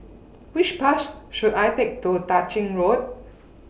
Which Bus should I Take to Tah Ching Road